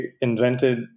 invented